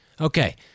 okay